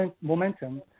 momentum